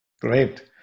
Great